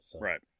Right